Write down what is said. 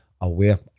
aware